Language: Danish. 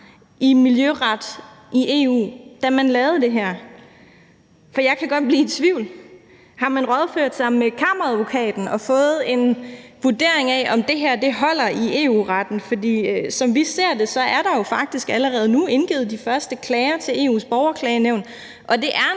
i EU-miljøret, vi har. For jeg kan godt blive i tvivl. Har man rådført sig med Kammeradvokaten og fået en vurdering af, om det her holder i EU-retten? For der er jo faktisk allerede nu indgivet de første klager til EU's borgerklagenævn, og det er